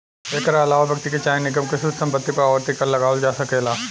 एकरा आलावा व्यक्ति के चाहे निगम के शुद्ध संपत्ति पर आवर्ती कर लगावल जा सकेला